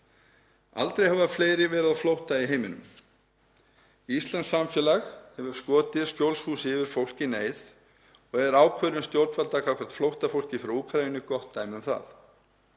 Aldrei hafa fleiri verið á flótta í heiminum. Íslenskt samfélag hefur skotið skjólshúsi yfir fólk í neyð og er ákvörðun stjórnvalda gagnvart flóttafólki frá Úkraínu gott dæmi um það.